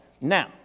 Now